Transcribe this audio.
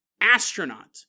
astronaut